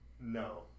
No